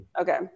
Okay